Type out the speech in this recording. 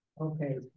okay